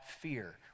fear